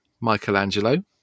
Michelangelo